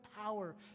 power